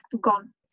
gone